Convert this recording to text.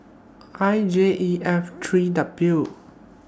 I J E F three W